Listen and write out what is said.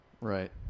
Right